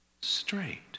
straight